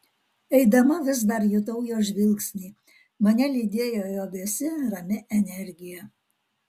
eidama vis dar jutau jo žvilgsnį mane lydėjo jo vėsi rami energija